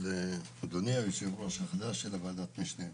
אדוני היושב-ראש החדש של ועדת משנה.